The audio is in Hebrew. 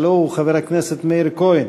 הלוא הוא חבר הכנסת מאיר כהן,